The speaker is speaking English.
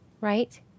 right